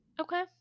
okay